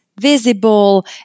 visible